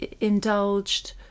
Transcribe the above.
indulged